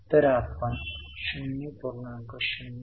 वित्त अधिक 9000 आहे हे चांगले आहे का